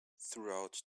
throughout